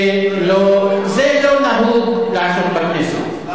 זה לא נהוג לעשות בכנסת.